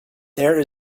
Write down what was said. there